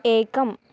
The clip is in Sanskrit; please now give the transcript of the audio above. एकम्